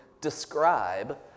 describe